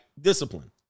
Discipline